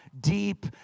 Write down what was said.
deep